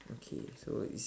okay so is